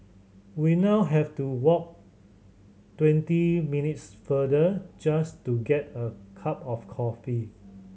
we now have to walk twenty minutes further just to get a cup of coffee